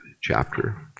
chapter